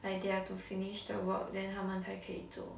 like they have to finish the work then 他们才可以走